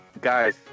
Guys